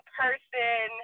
person